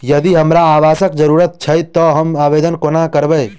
यदि हमरा आवासक जरुरत छैक तऽ हम आवेदन कोना करबै?